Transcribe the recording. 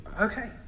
Okay